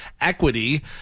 equity